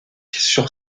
sur